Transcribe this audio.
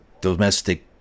domestic